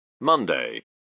Monday